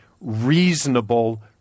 reasonable